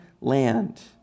land